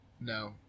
No